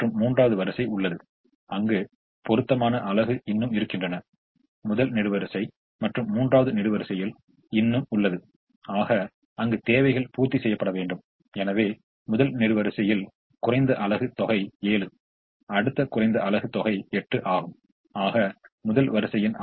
எனவே நாம் இப்பொழுது அறிந்து கொண்டது என்னவென்றால் இந்த கட்டத்தில் 25 யூனிட்ஸ் உள்ளது அதுபோல் மற்ற கட்டத்தில் 30 5 35 யூனிட்ச்சாக தீர்வு கிடைத்து இருப்பதாக நம்மால் காண முடிகிறது